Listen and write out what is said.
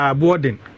boarding